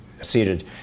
seated